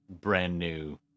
brand-new